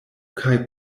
kaj